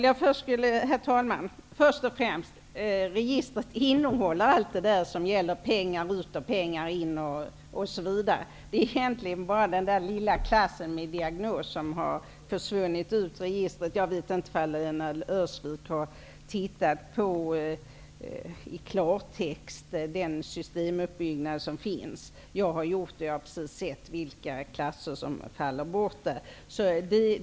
Herr talman! Först och främst: Registret innehåller allt det som gäller pengar ut och pengar in, osv. Det är egentligen bara den lilla klassen diagnos som har försvunnit ut ur registret. Jag vet inte om Lena Öhrsvik i klartext har sett den systemuppbyggnad som finns. Jag har gjort det. Jag har sett vilka klasser som faller bort.